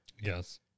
Yes